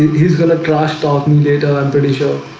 he's gonna trash talking later, i'm pretty sure